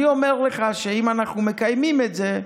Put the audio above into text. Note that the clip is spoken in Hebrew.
אני אומר לך שאם אנחנו מקיימים את זה,